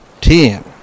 ten